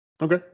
Okay